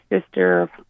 sister